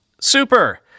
Super